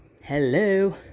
Hello